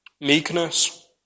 meekness